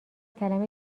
کلمه